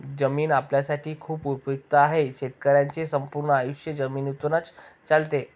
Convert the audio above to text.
जमीन आपल्यासाठी खूप उपयुक्त आहे, शेतकऱ्यांचे संपूर्ण आयुष्य जमिनीतूनच चालते